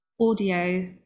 audio